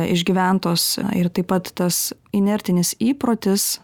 išgyventos ir taip pat tas inertinis įprotis